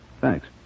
Thanks